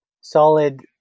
solid